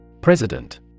President